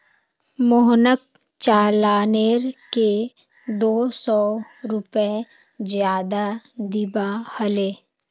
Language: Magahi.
मोहनक चालानेर के दो सौ रुपए ज्यादा दिबा हले